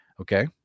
Okay